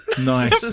Nice